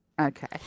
Okay